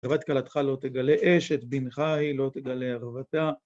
ובת כלתך לא תגלה אש את בנך היא לא תגלה ערוותה